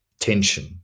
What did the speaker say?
tension